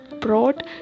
brought